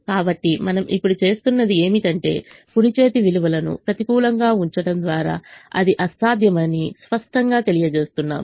కాబట్టి మనం ఇప్పుడు చేస్తున్నది ఏమిటంటే కుడి చేతి విలువలను ప్రతికూలంగా ఉంచడం ద్వారా అది అసాధ్యమని స్పష్టంగా తెలియజేస్తున్నాము